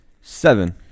Seven